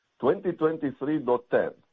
2023.10